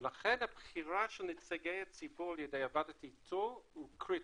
ולכן הבחירה של נציגי הציבור על ידי ועדת האיתור היא קריטית,